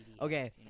Okay